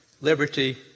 liberty